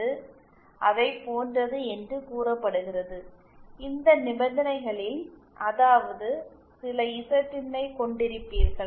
சிறிது நேரத்தில் அன்கண்டிஷனல் ஸ்டேபிளிட்டியின் நிலைக்கு வருவோம் இந்த நிபந்தனைகளில் அதாவது சில இசட்இன் ஐக் கொண்டிருப்பீர்கள்